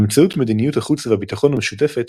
באמצעות מדיניות החוץ והביטחון המשותפת,